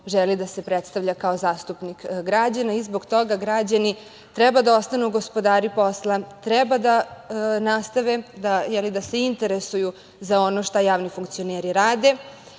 želi da se predstavlja kao zastupnik građana. Zbog toga građani treba da ostanu gospodari posla, treba da nastave da se interesuju za ono šta javni funkcioneri rade